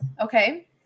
Okay